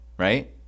Right